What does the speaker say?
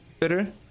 bitter